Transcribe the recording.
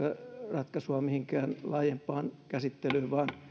ratkaisua mihinkään laajempaan käsittelyyn vaan